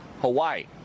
Hawaii